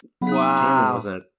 Wow